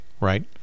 right